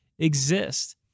exist